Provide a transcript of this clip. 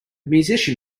musician